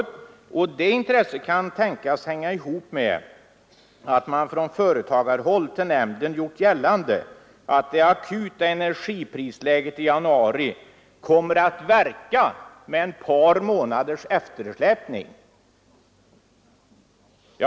Det intresset Tillfälligt utbildningsbidrag till kan tänkas hänga ihop med, säger man, att företagarna gjort gällande att det akuta energikrisläget i januari kommer att verka med ett par företag månaders eftersläpning.